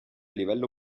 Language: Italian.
livello